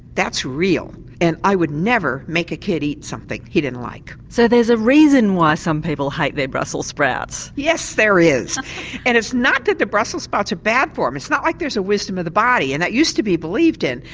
that's real and i would never make a kid eat something he didn't like. so there's a reason why some people hate their brussels sprouts? yes there is and it's not that the brussels sprouts are bad for them, it's not like there's a wisdom of the body and that used to be believed in,